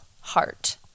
heart